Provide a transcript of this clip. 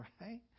right